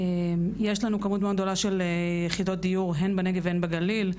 יש לנו כמות מאוד גדולה של יחידות דיור הן בנגב והן בגליל,